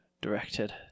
directed